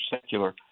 secular